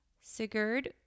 Sigurd